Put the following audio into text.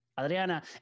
Adriana